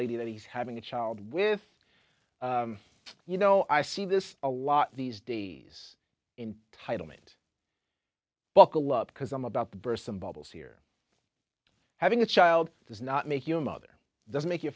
lady that he's having a child with you know i see this a lot these days in title meant buckle up because i'm about to burst some bubbles here having a child does not make you a mother doesn't make you